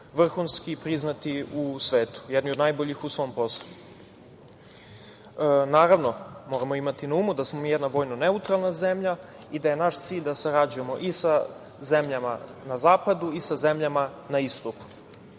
vrhunski priznati u svetu, jedni od najboljih u svom poslu. Naravno, moramo imati na umu da smo mi jedna vojno neutralna zemlja i da je naš cilj da sarađujemo i sa zemljama na zapadu i sa zemljama na istoku. Kada